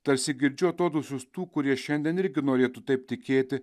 tarsi girdžiu atodūsius tų kurie šiandien irgi norėtų taip tikėti